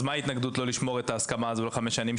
אז מה ההתנגדות לא לשמור את ההסכמה הזאת למשך חמש שנים?